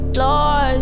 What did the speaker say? lost